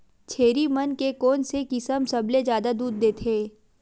छेरी मन के कोन से किसम सबले जादा दूध देथे?